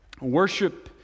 worship